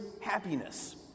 happiness